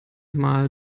mal